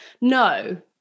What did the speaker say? No